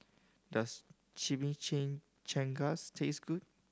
does Chimichangas taste good